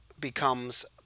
becomes